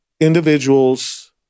individuals